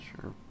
sure